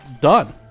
done